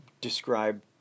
describe